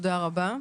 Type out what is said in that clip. תודה רבה,